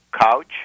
couch